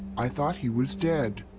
i thought he was dead!